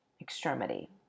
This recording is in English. Extremity